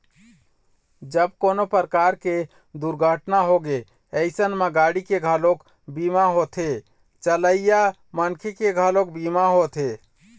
जब कोनो परकार के दुरघटना होगे अइसन म गाड़ी के घलोक बीमा होथे, चलइया मनखे के घलोक बीमा होथे